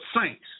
saints